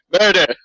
Murder